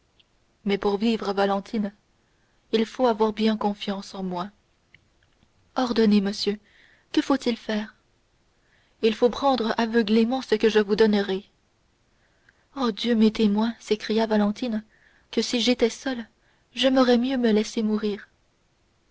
mais pour vivre valentine il faut avoir bien confiance en moi ordonnez monsieur que faut-il faire il faut prendre aveuglément ce que je vous donnerai oh dieu m'est témoin s'écria valentine que si j'étais seule j'aimerais mieux me laisser mourir